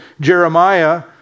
Jeremiah